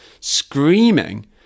screaming